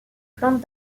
plantes